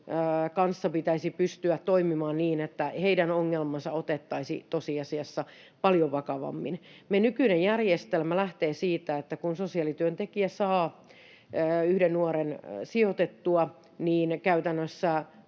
kanssa pitäisi pystyä toimimaan niin, että heidän ongelmansa otettaisiin tosiasiassa paljon vakavammin. Meidän nykyinen järjestelmä lähtee siitä, että kun sosiaalityöntekijä saa yhden nuoren sijoitettua, niin käytännössä